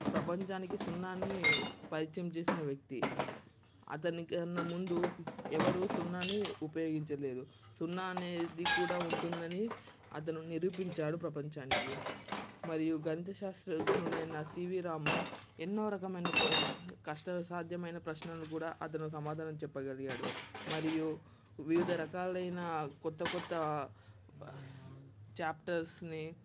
ప్రపంచానికి సున్నాని పరిచయం చేసిన వ్యక్తి అతనికన్నా ముందు ఎవరు సున్నాని ఉపయోగించలేదు సున్నా అనేది కూడా ఉంటుందని అతను నిరూపించాడు ప్రపంచానికి మరియు గణిత శాస్త్రజ్ఞుడైన సివి రామన్ ఎన్నో రకమైన కష్టసాధ్యమైన ప్రశ్నలు కూడా అతను సమాధానం చెప్పగలిగాడు మరియు వివిధ రకాలైన కొత్త కొత్త చాప్టర్స్ని మరియు ఎన్నో రకాల మైన ప్రశ్నలకు మరియు వివిధ రకాలైన కొత్త కొత్త చాప్టర్స్ని